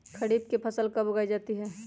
खरीफ की फसल कब उगाई जाती है?